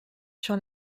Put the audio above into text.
sur